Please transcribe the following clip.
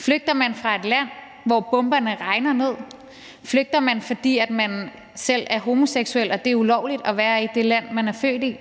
Flygter man fra et land, hvor bomberne regner ned; flygter man, fordi man selv er homoseksuel og det er ulovligt at være i det land, man er født i;